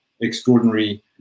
extraordinary